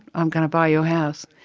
i'm going to buy your house.